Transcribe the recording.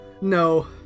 No